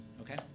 Okay